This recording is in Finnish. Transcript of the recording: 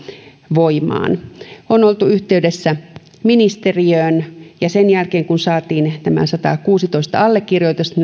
voimaan on oltu yhteydessä ministeriöön ja sen jälkeen kun saatiin nämä satakuusitoista allekirjoitusta